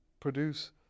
produce